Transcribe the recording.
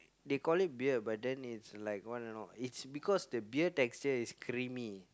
they call it beer but then it's like what you know it's because the beer texture is creamy